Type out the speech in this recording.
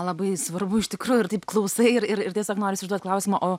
labai svarbu iš tikrųjų ir taip klausai ir ir ir tiesiog norisi užduot klausimą o